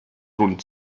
rund